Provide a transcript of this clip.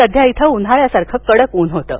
सध्या इथं उन्हाळ्यासारखं कडक ऊन होतं